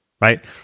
right